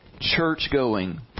church-going